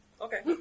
Okay